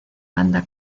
banda